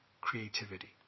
creativity